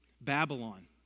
Babylon